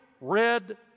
red